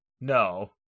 No